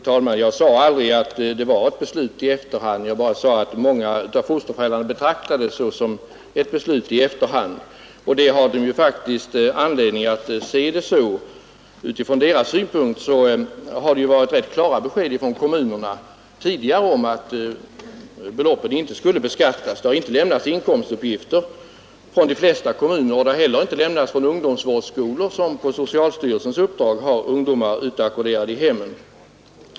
Fru talman! Jag sade aldrig att det var ett beslut i efterhand, jag bara sade att många av fosterföräldrarna betraktar det som ett beslut i efterhand. Och de har ju faktiskt anledning att se det så. Från deras synpunkt har det tidigare varit rätt klara besked från kommunerna om att beloppen inte skulle beskattas. Det har inte lämnats inkomstuppgifter från de flesta kommuner, och inte heller från ungdomsvårdsskolor som på socialstyrelsens uppdrag har ungdomar utackorderade i hemmen.